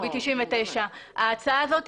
לנו יש הערה.